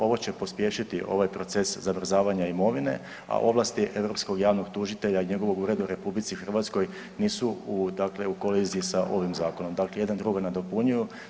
Ovo će pospješiti ovaj proces zamrzavanja imovine, a ovlasti europskog javnog tužitelja i njegovog ureda u RH nisu u koliziji sa ovim zakonom, dakle jedan drugog nadopunjuju.